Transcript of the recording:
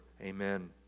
Amen